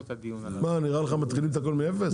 נראה לך שמתחילים הכול מאפס?